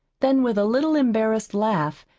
then, with a little embarrassed laugh,